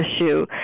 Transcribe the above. issue